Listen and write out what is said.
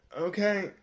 Okay